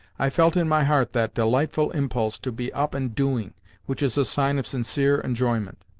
i felt in my heart that delightful impulse to be up and doing which is a sign of sincere enjoyment.